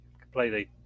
completely